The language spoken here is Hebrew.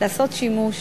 לעשות שימוש